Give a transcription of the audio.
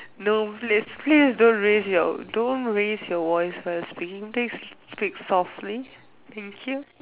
no please please don't raise don't your voice first can you please speak softly thank you